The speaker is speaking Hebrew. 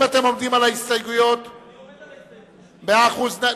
מאה אחוז.